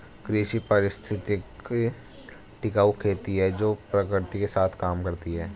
कृषि पारिस्थितिकी टिकाऊ खेती है जो प्रकृति के साथ काम करती है